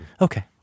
Okay